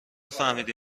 فهمیدی